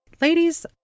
ladies